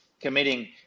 committing